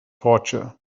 torture